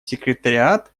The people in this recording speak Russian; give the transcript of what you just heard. секретариат